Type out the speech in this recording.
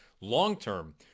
long-term